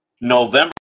November